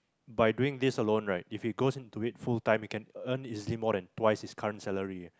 by doing this alone right if he goes into it full time he can earn easily more than twice his current salary eh